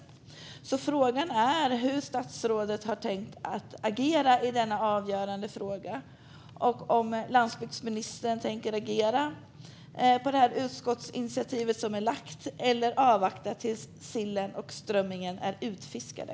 Min fråga är hur statsrådet har tänkt att agera i denna avgörande fråga. Tänker landsbygdsministern agera på utskottsinitiativet eller avvakta tills sillen och strömmingen är utfiskade?